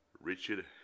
Richard